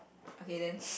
okay then